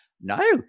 No